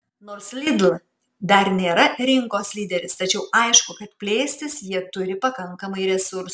nors lidl dar nėra rinkos lyderis tačiau aišku kad plėstis jie turi pakankamai resursų